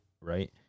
right